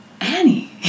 Annie